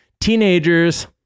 teenagers